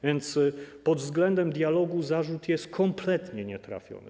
Więc pod względem dialogu zarzut jest kompletnie nietrafiony.